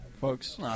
folks